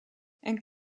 and